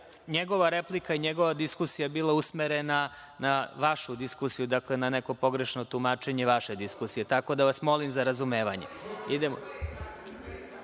njegova replika i njegova diskusija bila usmerena na vašu diskusiju, dakle, na neko pogrešno tumačenje vaše diskusije. Tako da vas molim za razumevanje. Na